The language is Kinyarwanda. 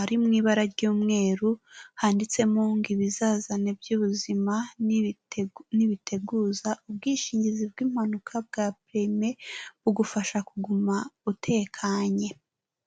ari mu ibara ry'umweru handitsemo ngo ibizazane by'ubuzima ntibiteguza ubwishingizi bw'impanuka bwa perime bugufasha kuguma utekanye.